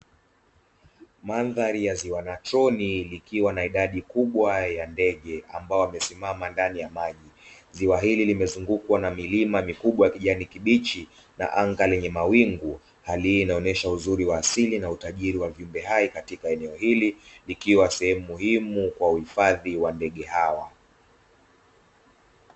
Mandhari ya ziwa natroni ikiwa na idadi kubwa ya ndege ambao wamesimama ndani ya maji, ziwa hili limezungukwa na milima mikubwa yenye kijani kibichi na anga lenye mawingu hali hii inaonesha uzuri wa asili na utajiri wa viumbe hai katika eneo hili likiwa sehemu muhimu kwa uhifadhi wa ndege hawa.